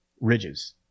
ridges